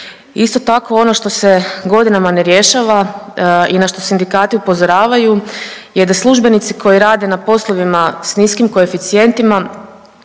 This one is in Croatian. Isto tako ono što se godinama ne rješava i na što sindikati upozoravaju je da službenici koji rade na poslovima s niskim koeficijentima